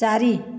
ଚାରି